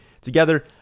together